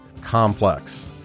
complex